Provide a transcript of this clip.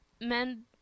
men